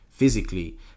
Physically